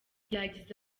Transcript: yagize